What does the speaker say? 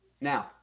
Now